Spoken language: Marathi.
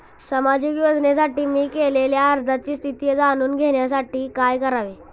सामाजिक योजनेसाठी मी केलेल्या अर्जाची स्थिती जाणून घेण्यासाठी काय करावे?